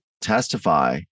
testify